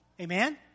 Amen